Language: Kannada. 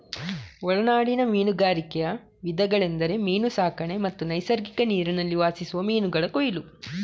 ಒಳನಾಡಿನ ಮೀನುಗಾರಿಕೆಯ ವಿಧಗಳೆಂದರೆ ಮೀನು ಸಾಕಣೆ ಮತ್ತು ನೈಸರ್ಗಿಕ ನೀರಿನಲ್ಲಿ ವಾಸಿಸುವ ಮೀನುಗಳ ಕೊಯ್ಲು